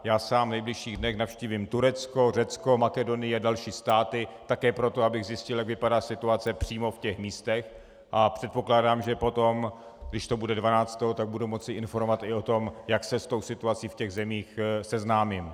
Já sám v nejbližších dnech navštívím Turecko, Řecko, Makedonii a další státy také proto, abych zjistil, jak vypadá situace přímo v těch místech, a předpokládám, že potom, když to bude 12. 2., tak budu moci informovat i o tom, jak se s tou situací v těch zemích seznámím.